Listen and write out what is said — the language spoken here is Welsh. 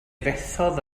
fethodd